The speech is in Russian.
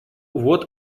вот